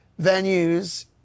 venues